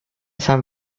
san